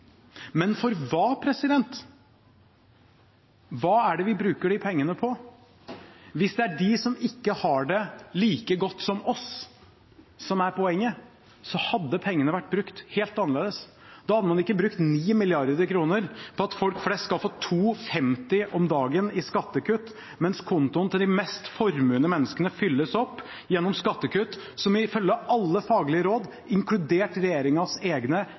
Men for hva – hva er det vi bruker de pengene på? Hvis det er de som ikke har det like godt som oss, som er poenget, hadde pengene vært brukt helt annerledes. Da hadde man ikke brukt 9 mrd. kr på at folk flest skal få 2,50 kr om dagen i skattekutt, mens kontoen til de mest formuende menneskene fylles opp gjennom skattekutt som ifølge alle faglige råd, inkludert regjeringens egne,